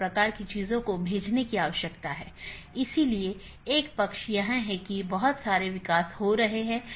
इसके बजाय BGP संदेश को समय समय पर साथियों के बीच आदान प्रदान किया जाता है